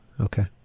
Okay